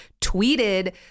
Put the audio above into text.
tweeted